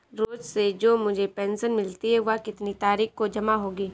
रोज़ से जो मुझे पेंशन मिलती है वह कितनी तारीख को जमा होगी?